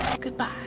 Goodbye